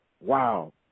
Wow